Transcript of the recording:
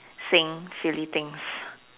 sing silly things